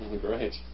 Great